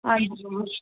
ਹਾਂਜੀ